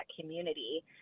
community